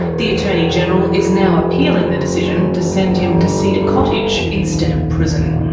the attorney general is now appealing the decision to send him to cedar cottage instead of prison.